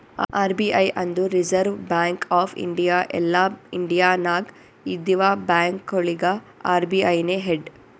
RBI ಅಂದುರ್ reserve bank of India ಎಲ್ಲಾ India ನಾಗ್ ಇದ್ದಿವ ಬ್ಯಾಂಕ್ಗೊಳಿಗ ಅರ್.ಬಿ.ಐ ನೇ ಹೆಡ್